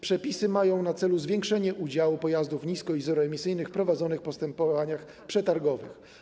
Przepisy mają na celu zwiększenie udziału pojazdów nisko- i zeroemisyjnych w prowadzonych postępowaniach przetargowych.